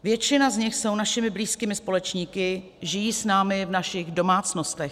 Většina z nich jsou našimi blízkými společníky, žijí s námi v našich domácnostech.